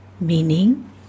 meaning